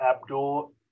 Abdul